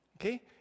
okay